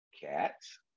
cats